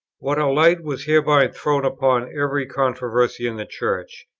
what a light was hereby thrown upon every controversy in the church!